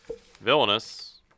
Villainous